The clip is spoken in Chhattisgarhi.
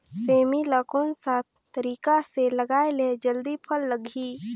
सेमी ला कोन सा तरीका से लगाय ले जल्दी फल लगही?